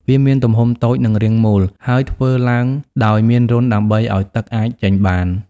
វាមានទំហំតូច និងរាងមូល ហើយធ្វើឡើងដោយមានរន្ធដើម្បីឲ្យទឹកអាចចេញបាន។